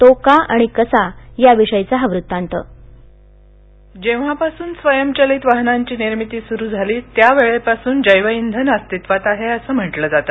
तो का आणि कसा याविषयीची हा वृत्तांत जेव्हापासून स्वयंचलित वाहनांची निर्मिती सुरू झाली त्यावेळेपासून जैवइंधन अस्तित्वात आहे असं म्हटलं जातं